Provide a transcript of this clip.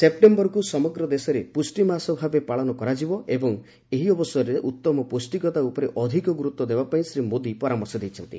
September ମାସକୁ ସମଗ୍ର ଦେଶରେ ପୁଷ୍ଟି ମାସ ଭାବେ ପାଳନ କରାଯିବ ଏବଂ ଏହି ଅବସରରେ ଉତ୍ତମ ପୌଷ୍ଟିକତା ଉପରେ ଅଧିକ ଗୁରୁତ୍ୱ ଦେବାପାଇଁ ଶ୍ରୀ ମୋଦି ପରାମର୍ଶ ଦେଇଛନ୍ତି